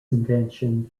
invention